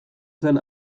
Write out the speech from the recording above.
zen